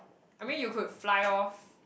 I mean you could fly off